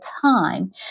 time